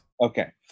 okay